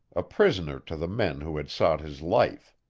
a prisoner to the men who had sought his life.